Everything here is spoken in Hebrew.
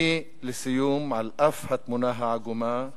לסיום, על אף התמונה העגומה,